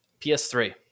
PS3